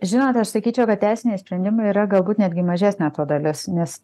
žinot aš sakyčiau kad teisiniai sprendimai yra galbūt netgi mažesnė to dalis nes